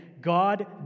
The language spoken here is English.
God